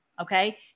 Okay